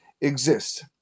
exist